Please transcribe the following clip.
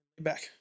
back